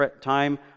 time